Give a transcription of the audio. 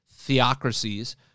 theocracies